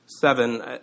Seven